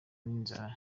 n’inzara